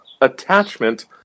attachment